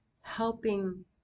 helping